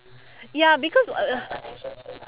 ya because uh